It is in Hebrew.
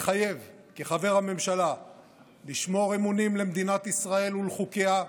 מתחייב כחבר הממשלה לשמור אמונים למדינת ישראל ולחוקיה,